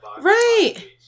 Right